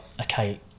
okay